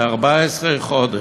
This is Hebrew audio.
ל-14 חודש.